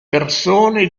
persone